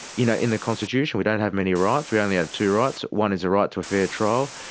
you know in the constitution we don't have many rights, we only have two rights. one is the right to a fair trial,